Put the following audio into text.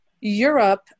europe